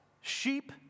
sheep